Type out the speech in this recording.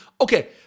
okay